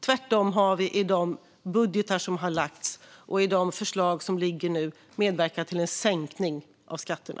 Tvärtom har vi i de budgetar som lagts fram och i de förslag som nu ligger medverkat till sänkning av skatterna.